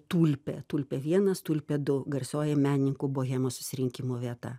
tulpė tulpė vienas tulpė du garsioji menininkų bohemos susirinkimo vieta